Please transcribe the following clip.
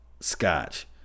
scotch